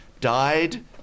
died